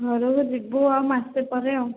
ଘରକୁ ଯିବୁ ଆଉ ମାସେ ପରେ ଆଉ